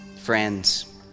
friends